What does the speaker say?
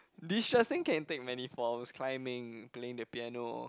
destressing can take many forms climbing playing the piano